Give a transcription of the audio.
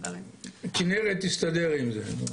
כנרת תסדר עם זה.